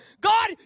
God